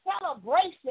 celebration